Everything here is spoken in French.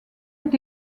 est